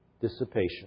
dissipation